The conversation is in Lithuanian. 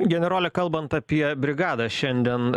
generole kalbant apie brigadą šiandien